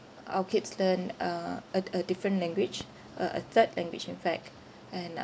our kids learn uh a a different language a a third language in fact and uh